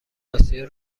آسیا